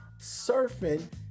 surfing